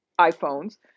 iPhones